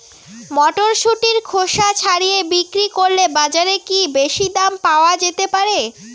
মটরশুটির খোসা ছাড়িয়ে বিক্রি করলে বাজারে কী বেশী দাম পাওয়া যেতে পারে?